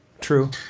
True